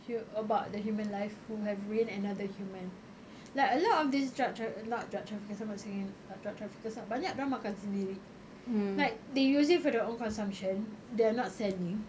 hu~ about the human life who have ruined another human like a lot of these drug traf~ not drug traffickers I'm not saying about drug traffickers lah banyak dia orang makan sendiri like they use it for their own consumption they are not selling